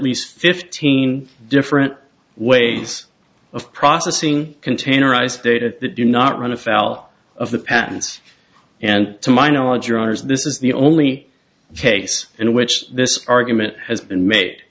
least fifteen different ways of processing containerized data that do not run afoul of the patents and to my knowledge your honour's this is the only case in which this argument has been made